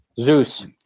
Zeus